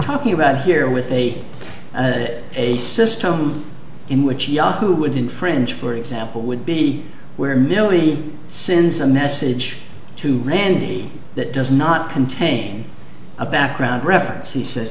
talking about here with a it a system in which yahoo would infringe for example would be where merely since a message to randy that does not contain a background reference